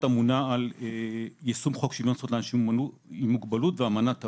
אמונה על יישום חוק שוויון זכויות לאנשים עם מוגבלות ואמנת האו"ם.